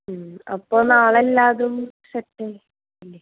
അപ്പോൾ നാളെ എല്ലാ ഇതും സെറ്റ് അയക്കില്ലേ